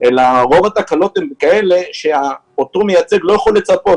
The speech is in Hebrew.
אלא רוב התקנות הן כאלה שאותו מייצג לא יכול לצפות.